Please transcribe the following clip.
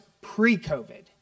pre-COVID